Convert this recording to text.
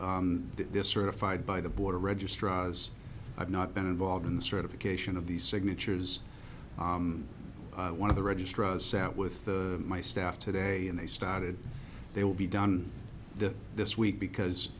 today they're certified by the board or registrar as i've not been involved in the certification of these signatures one of the registrars sat with my staff today and they started they will be done that this week because